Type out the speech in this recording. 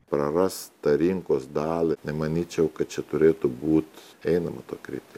prarastą rinkos dalį nemanyčiau kad čia turėtų būt einama ta krypti